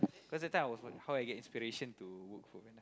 cause that time I was wondering how I get inspiration to work foodpanda